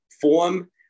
form